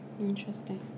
Interesting